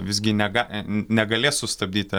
visgi nega negalės sustabdyti